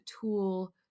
tool